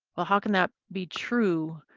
well, how can that be true?